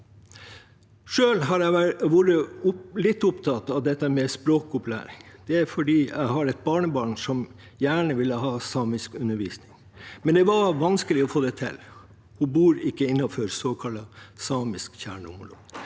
Selv har jeg vært litt opptatt av dette med språkopplæring. Det er fordi jeg har et barnebarn som gjerne ville ha samisk undervisning, men det var vanskelig å få det til. Hun bor ikke innenfor såkalte samiske kjerneområder.